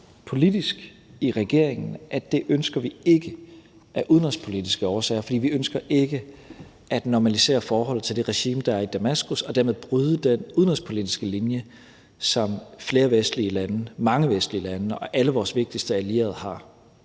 at vi ikke ønsker at gøre af udenrigspolitiske årsager, fordi vi ikke ønsker at normalisere forholdet til det regime, der er i Damaskus, og dermed bryde den udenrigspolitiske linje, som flere vestlige lande – mange vestlige lande – og alle vores vigtigste allierede har.